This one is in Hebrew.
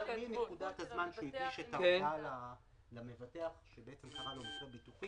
נקודת הזמן שהוא הגיש את התביעה למבטח שקרה לו מקרה ביטוחי,